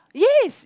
yes